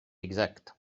exact